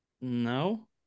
No